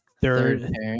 third